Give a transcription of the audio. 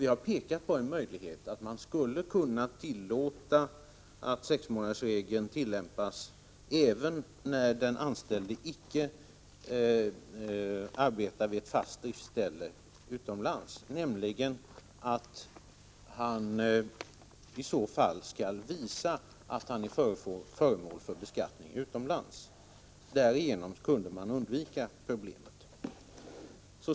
Vi har pekat på att det skulle vara möjligt att tillämpa sexmånadersregeln även när den anställde icke arbetar på ett fast driftsställe utomlands, under förutsättning att han visar att han är föremål för beskattning utomlands. Därigenom kunde problemet undvikas.